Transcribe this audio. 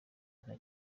nta